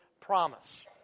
promise